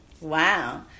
Wow